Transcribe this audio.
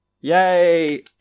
yay